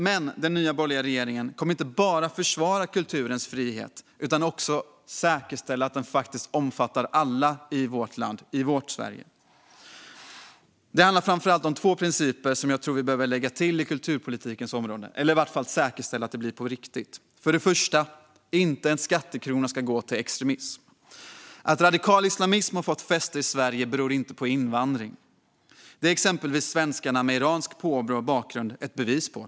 Men den nya borgerliga regeringen kommer inte bara att försvara kulturens frihet utan också säkerställa att den omfattar alla i vårt land, i vårt Sverige. Det handlar framför allt om två principer som jag tror att vi behöver lägga till i kulturpolitikens område. I varje fall behöver vi säkerställa att det blir på riktigt. Den första principen är att inte en skattekrona ska gå till extremism. Att radikal islamism har fått fäste i Sverige beror inte på invandring. Det är exempelvis svenskarna med iranskt påbrå och iransk bakgrund ett bevis på.